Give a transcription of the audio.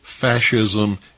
fascism